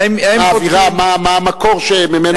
ומה האווירה ומה המקור שממנו,